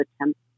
attempts